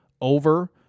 over